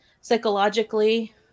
psychologically